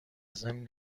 ضمن